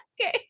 Okay